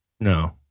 No